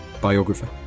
biographer